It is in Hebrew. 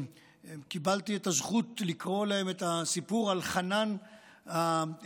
קיבלתי את הזכות לקרוא להם את הסיפור על חנן הגנן.